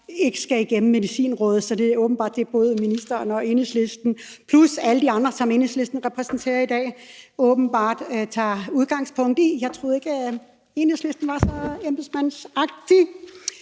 ikke skal igennem Medicinrådet. Så det er åbenbart det, både ministeren og Enhedslisten plus alle de andre, som Enhedslisten repræsenterer i dag, tager udgangspunkt i. Jeg troede ikke, at Enhedslisten var så embedsmandsagtig,